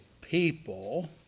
people